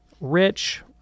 rich